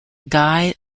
guy